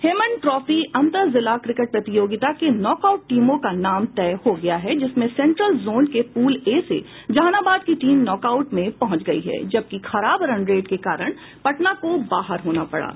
हेमन trophy अंतर जिला cricket प्रतियोगिता के नॉक आउट टीमों का नाम तय हो गया है जिसमें सेंट्रल जोन के पूल ए से जहानाबाद की टीम नॉक आउट में पहुंच गयी है जबकि खराब रन रेट के कारण पटना को बाहर होना पड़ा